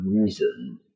reason